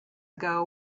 ago